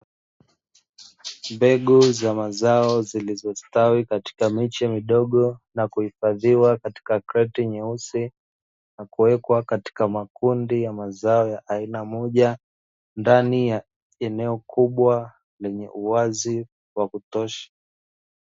Mbegu za mazao zilizostawi katika miche midogo na kuhifadhiwa katika kreti nyeusi, na kuweka katika kundi la mazao ya aina moja ndani ya eneo kubwa lenye uwazi wa kutosha.